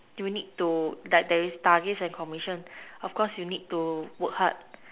you need to like there is targets and commission of course you need to work hard